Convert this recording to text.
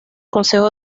consejo